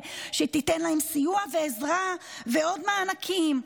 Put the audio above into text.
שתיתן להם סיוע ועזרה ועוד מענקים.